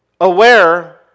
aware